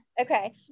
okay